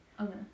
Okay